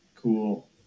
Cool